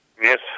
Yes